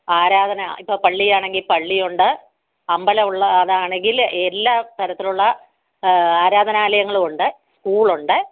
ആരാധന ഇപ്പം പള്ളിയാണെങ്കിൽ പള്ളി ഉണ്ട് അമ്പലമുള്ളതാണെങ്കില് എല്ലാ തരത്തിൽ ഉള്ള ആരധനാലയങ്ങളുമുണ്ട് സ്കൂൾ ഉണ്ട്